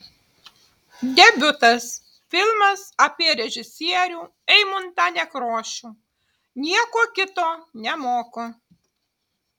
debiutas filmas apie režisierių eimuntą nekrošių nieko kito nemoku